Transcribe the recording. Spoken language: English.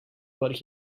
what